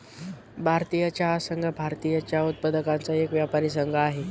भारतीय चहा संघ, भारतीय चहा उत्पादकांचा एक व्यापारी संघ आहे